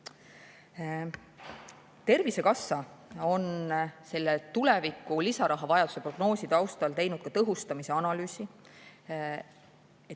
Tervisekassa on selle tuleviku lisaraha vajaduse prognoosi taustal teinud tõhustamise analüüsi.